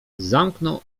zamknął